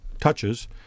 touches